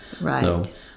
right